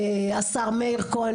השר מאיר כהן,